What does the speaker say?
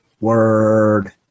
Word